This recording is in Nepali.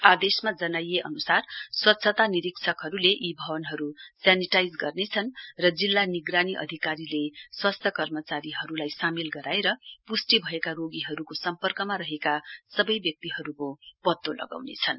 आदेशमा जनाइए अनुसार स्वच्छता निरीक्षकहरूले यी भवनहरू सेनिटाइज गर्नेछन् र जिल्ला निगरानी अधिकारीले स्वास्थ्य कर्मचारीहरूलाई सामेल गराएर पुष्टि भएका रोगीहरूको सम्पर्कमा रहेका सबै व्यक्तिहरूको पत्तो लगाउनेछन्